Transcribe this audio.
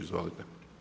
Izvolite.